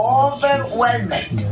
overwhelmed